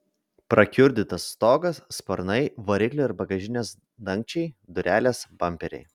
prakiurdytas stogas sparnai variklio ir bagažinės dangčiai durelės bamperiai